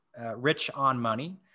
richonmoney